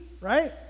right